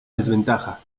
desventaja